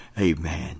amen